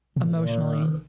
emotionally